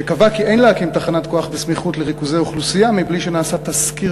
שקבע כי אין להקים תחנת כוח בסמיכות לריכוזי אוכלוסייה מבלי שנעשה תסקיר